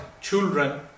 children